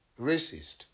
racist